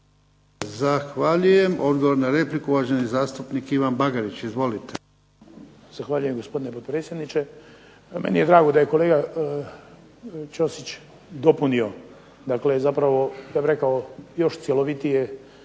Zahvaljujem. Odgovor na repliku uvaženi zastupnik Ivan Bagarić. Izvolite. **Bagarić, Ivan (HDZ)** Zahvaljujem gospodine potpredsjedniče. Meni je drago da je kolega Ćosić dopunio, dakle zapravo ja bih rekao još cjelovitije